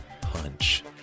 punch